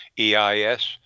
eis